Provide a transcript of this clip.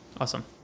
Awesome